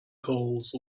calls